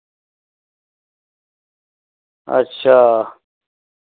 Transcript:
अच्छा